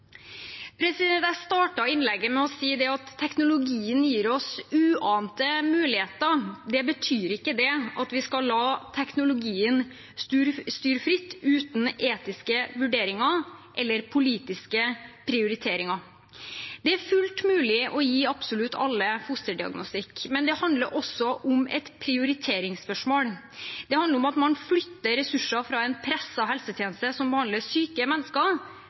Jeg startet innlegget med å si at teknologien gir oss uante muligheter. Det betyr ikke at vi skal la teknologien styre fritt uten etiske vurderinger eller politiske prioriteringer. Det er fullt mulig å gi absolutt alle fosterdiagnostikk, men det handler også om prioritering. Det handler om at man flytter ressurser fra en presset helsetjeneste som behandler syke mennesker,